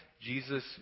Jesus